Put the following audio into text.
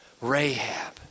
Rahab